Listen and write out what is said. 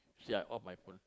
say I off my phone